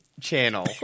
channel